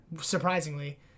surprisingly